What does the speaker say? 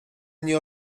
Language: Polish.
nie